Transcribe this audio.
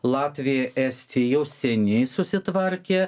latvija estija jau seniai susitvarkė